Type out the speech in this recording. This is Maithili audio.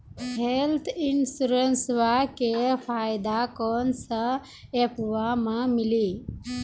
हेल्थ इंश्योरेंसबा के फायदावा कौन से ऐपवा पे मिली?